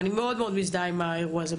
אני מאוד מאוד מזדהה עם האירוע הזה,